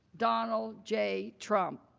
donald j. trump.